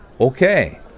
Okay